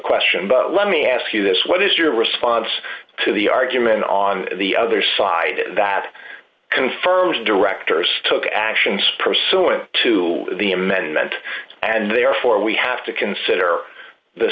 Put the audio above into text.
question but let me ask you this what is your response to the argument on the other side that confirms directors took actions pursuant to the amendment and therefore we have to consider the